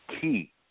key